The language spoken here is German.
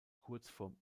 kurzform